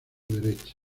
derecha